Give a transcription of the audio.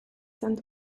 sent